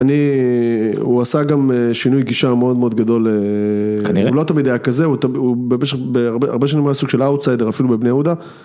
‫אני...הוא עשה גם שינוי גישה מאוד מאוד גדול. ‫-כנראה. ‫הוא לא תמיד היה כזה, ‫הוא הרבה שנים היה סוג של אאוטסיידר, ‫אפילו בבני יהודה.